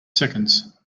seconds